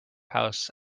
house